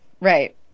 Right